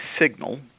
signal